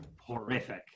horrific